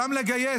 גם לגייס,